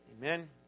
Amen